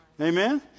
Amen